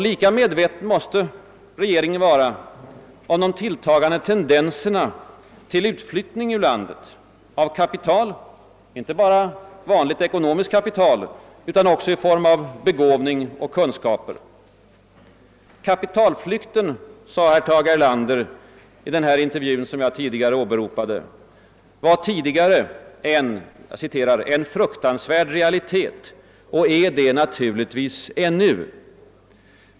Lika medveten måste regeringen vara om de tilltagande tendenserna till utflyttning ur landet av kapital, inte bara vanligt ekonomiskt kapital utan också kapital i form av begåvning och kunskaper. Kapitalflykten var — sade Tage Erlander i den intervju som jag nyss åberopade — tidigare »en fruktansvärd realitet och är det naturligtvis ännu».